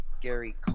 Gary